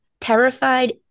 terrified